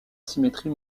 symétrie